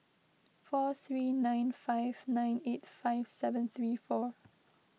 four three nine five nine eight five seven three four